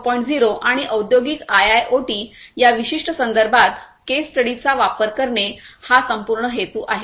0 आणि औद्योगिक आयआयओटी या विशिष्ट संदर्भात केस स्टडीचा वापर करणे हा संपूर्ण हेतू आहे